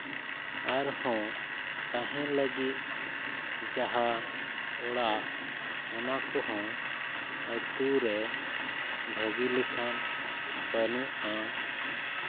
ᱟᱨᱦᱚᱸ ᱛᱟᱦᱮᱱ ᱞᱟᱹᱜᱤᱫ ᱡᱟᱦᱟᱸ ᱚᱲᱟᱜ ᱚᱱᱟ ᱠᱚᱦᱚᱸ ᱟᱛᱳᱨᱮ ᱵᱷᱟᱹᱜᱤ ᱞᱮᱠᱷᱟᱱ ᱵᱟᱹᱱᱩᱜᱼᱟ